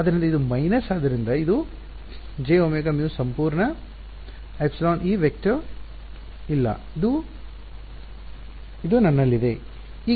ಆದ್ದರಿಂದ ಇದು ಮೈನಸ್ ಆದ್ದರಿಂದ ಇದು jωμ ಸಂಪೂರ್ಣ εE ವೆಕ್ಟರ್ ಇಲ್ಲ ಇದು ಇದು ನನ್ನಲ್ಲಿದೆ